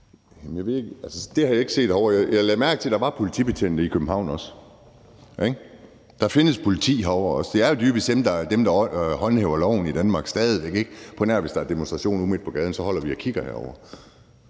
Det har jeg ikke set herovre. Jeg lagde mærke til, at der også var politibetjente i København. Der findes også politi herovre. Det er jo dybest set stadig væk dem, der håndhæver loven i Danmark, på nær hvis der er demonstrationer ude midt på gaden, og så holder vi og kigger herover.